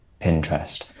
Pinterest